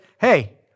Hey